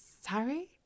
sorry